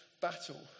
battle